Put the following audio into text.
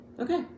Okay